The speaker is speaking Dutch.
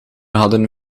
hadden